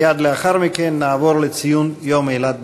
מייד לאחר מכן נעבור לציון יום אילת בכנסת.